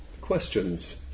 questions